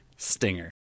Stinger